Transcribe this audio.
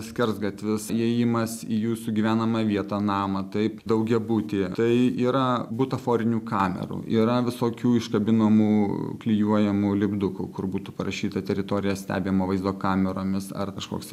skersgatvis įėjimas į jūsų gyvenamą vietą namą taip daugiabutyje tai yra butaforinių kamerų yra visokių iškabinamų klijuojamų lipdukų kur būtų parašyta teritorija stebima vaizdo kameromis ar kažkoks